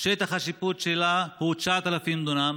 שטח השיפוט שלו הוא 9,000 דונם,